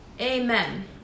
Amen